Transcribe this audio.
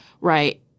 right